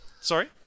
Sorry